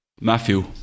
Matthew